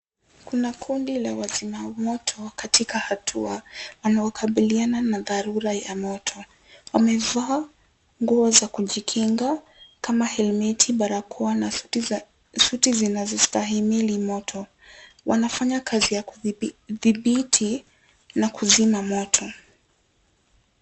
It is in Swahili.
Kuna kundi la wazima moto katika hatua wanaokabiriana na dhalula ya moto wamevaa nguo za kujikinga kama helmet barakoa na suti zinazo stahimili moto. Wanafanya kazi ya kudhibiti na kuzima moto.